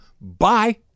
Bye